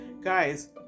guys